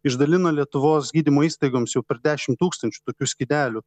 išdalino lietuvos gydymo įstaigoms jau per dešimt tūkstančių tokių skydelių